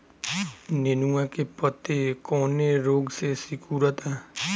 नेनुआ के पत्ते कौने रोग से सिकुड़ता?